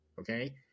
okay